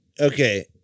Okay